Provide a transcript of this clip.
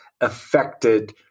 affected